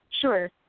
Sure